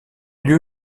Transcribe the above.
lieu